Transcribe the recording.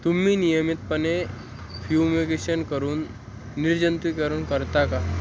तुम्ही नियमितपणे फ्युमिगेशन करून निर्जंतुकीकरण करता का